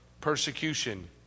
persecution